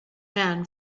ran